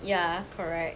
ya correct